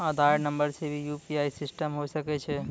आधार नंबर से भी यु.पी.आई सिस्टम होय सकैय छै?